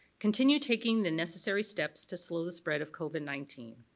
continue taking the necessary steps to slow the spread of covid nineteen.